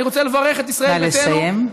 אני רוצה לברך את ישראל ביתנו, נא לסיים.